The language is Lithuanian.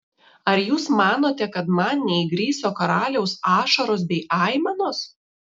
ar jūs manote kad man neįgriso karaliaus ašaros bei aimanos